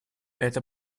это